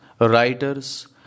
writers